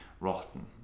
rotten